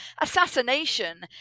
Assassination